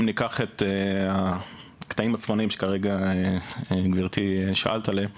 אם ניקח את הקטעים הצפוניים שכרגע גברתי שאלת עליהם